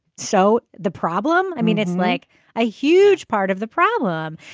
so the problem. i mean it's like a huge part of the problem.